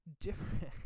different